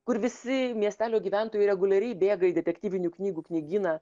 kur visi miestelio gyventojai reguliariai bėga į detektyvinių knygų knygyną